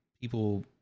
people